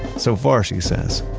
so far, she says,